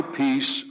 peace